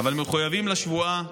אבל מחויבים לשבועה,